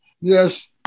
Yes